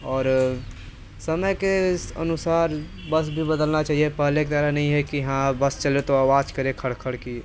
और समय के अनुसार बस भी बदलना चाहिए पहले के तरह नहीं है कि हाँ बस चले तो आवाज करे खड़ खड़ की